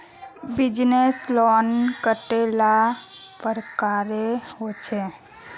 Business loan कतेला प्रकारेर होचे?